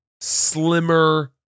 slimmer